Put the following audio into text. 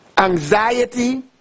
anxiety